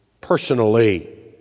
personally